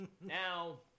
Now